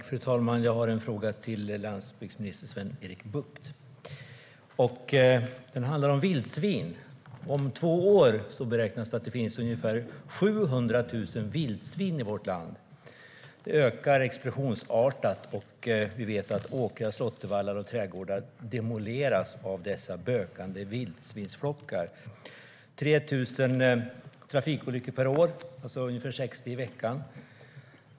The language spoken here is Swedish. Fru talman! Jag har en fråga till landsbygdsministern Sven-Erik Bucht. Den handlar om vildsvin. Om två år beräknas det finnas ungefär 700 000 vildsvin i vårt land. De ökar explosionsartat, och vi vet att åkrar, slåttervallar och trädgårdar demoleras av dessa bökande vildsvinsflockar. Det sker också 3 000 trafikolyckor per år, alltså ungefär 60 i veckan.